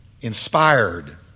Inspired